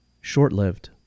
short-lived